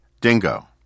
dingo